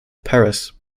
parris